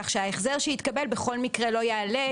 כך שההחזר שיתקבל בכל מקרה לא יעלה,